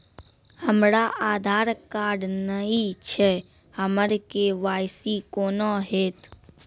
हमरा आधार कार्ड नई छै हमर के.वाई.सी कोना हैत?